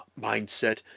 mindset